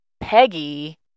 Peggy